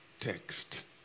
text